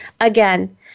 Again